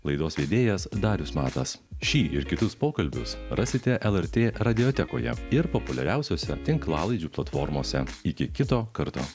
laidos vedėjas darius matas šį ir kitus pokalbius rasite lrt radijotekoje ir populiariausiose tinklalaidžių platformose iki kito karto